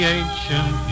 ancient